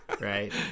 right